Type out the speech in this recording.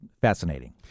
fascinating